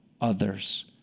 others